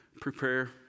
Prepare